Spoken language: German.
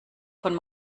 von